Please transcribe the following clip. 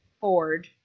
ford